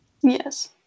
Yes